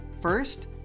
First